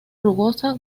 rugosa